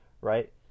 right